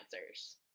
answers